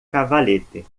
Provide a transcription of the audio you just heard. cavalete